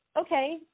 okay